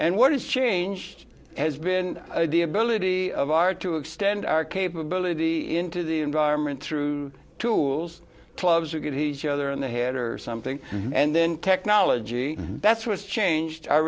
and what is changed has been the ability of our to extend our capability into the environment through tools clubs are good he either in the head or something and then technology that's was changed our